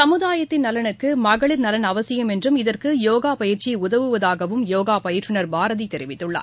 சமுதாயத்தின் நலனுக்குமகளிர் நலன் அவசியம் என்றும் இதற்குயோகாபயிற்சிஉதவுவதாகவும் யோகாபயிற்றுனர் பாரதிதெரிவித்துள்ளார்